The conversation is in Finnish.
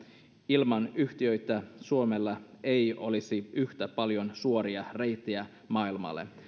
ilman yhtiötä suomella ei olisi yhtä paljon suoria reittejä maailmalle